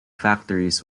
factories